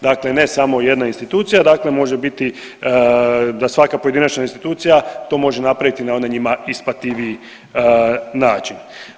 Dakle, ne samo jedna institucija, dakle može biti da svaka pojedinačna institucija to može napraviti na onda njima isplativiji način.